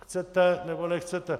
Chcete, nebo nechcete.